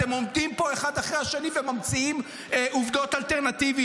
אתם עומדים פה אחד אחרי השני וממציאים עובדות אלטרנטיביות.